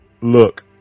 look